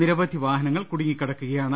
നിരവധി വാഹനങ്ങൾ കുടുങ്ങിക്കിടക്കുകയാണ്